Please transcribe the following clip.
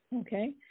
Okay